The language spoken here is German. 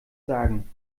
sagen